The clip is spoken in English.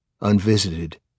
unvisited